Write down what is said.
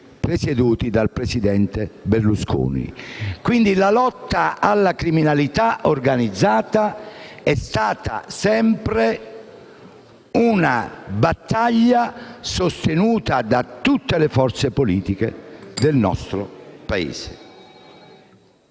presieduti dal presidente Berlusconi. Quindi, la lotta alla criminalità organizzata è stata sempre una battaglia sostenuta da tutte le forze politiche del nostro Paese.